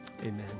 Amen